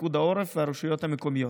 פיקוד העורף והרשויות המקומיות.